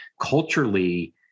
culturally